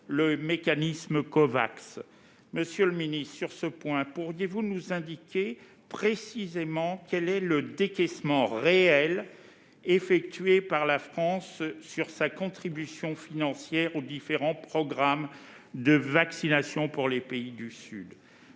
le mécanisme Covax. Sur ce point, monsieur le ministre, pourriez-vous nous indiquer précisément quel est le décaissement réel effectué par la France sur sa contribution financière aux différents programmes de vaccins destinés aux pays du Sud ?